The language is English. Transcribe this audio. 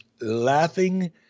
laughing